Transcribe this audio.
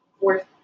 fourth